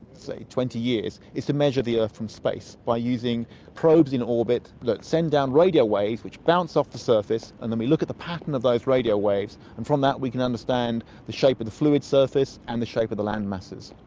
say, twenty years is to measure the earth from space by using probes in orbit that send down radio waves which bounce off the surface and then we look at the pattern of those radio waves and from that we can understand the shape of the fluid surface and the shape of the land masses.